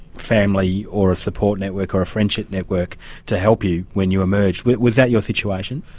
family or a support network or a friendship network to help you when you emerged. was that your situation?